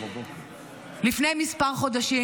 לפני כמה חודשים,